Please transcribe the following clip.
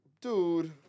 Dude